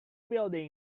building